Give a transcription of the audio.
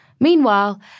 Meanwhile